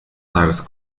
tages